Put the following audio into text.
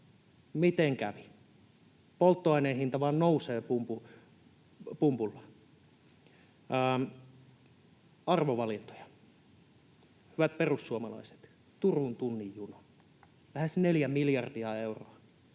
Miten kävi? Polttoaineen hinta vaan nousee pumpulla. Arvovalintoja. Hyvät perussuomalaiset! Turun tunnin juna, lähes 4 miljardia euroa.